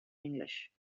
english